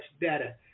better